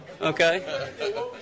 Okay